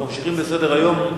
אנחנו ממשיכים בסדר-היום.